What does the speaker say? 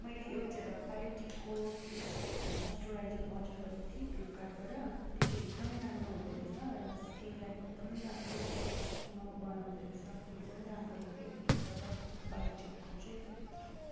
मैले एउटा बायोटिकको मोइस्चराइजर अर्डर गरेको थिएँ फ्लिपकार्टबाट त्यो चाहिँ एकदम राम्रो हुँदाे रहेछ र स्किनलाई एकदम राम्रो सफ्ट बनाउँदो रहेछ एकदम राम्रो लाग्यो त्यो प्रडक्ट बायोटिकको चाहिँ